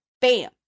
bam